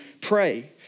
pray